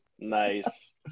nice